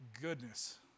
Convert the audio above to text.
goodness